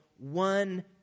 One